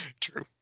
True